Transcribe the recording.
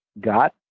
got